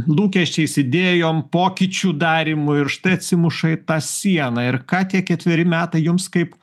lūkesčiais idėjom pokyčių darymu ir štai atsimuša į tą sieną ir ką tie ketveri metai jums kaip